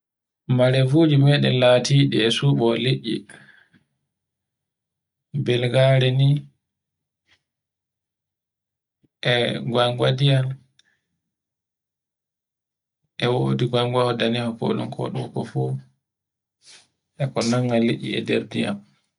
Marefuji meɗen latidi e suɓo e liɗɗi belgare ni e gongo diyam. E wodi gongo daneho ko ɗonko fu e ko nanga liɗɗi e nder diyam